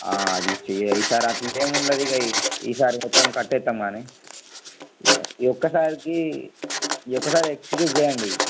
అది ఈ సారి అలా ఏం ఉండదు ఇగ ఈసారి మొత్తం కట్టేస్తాం కానీ ఇగ ఈ ఒక్క సారికి ఈ ఒక్కసారి ఎక్స్క్యూజ్ చెయ్యండి